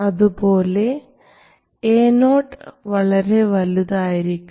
അതുപോലെ Ao വളരെ വലുതായിരിക്കണം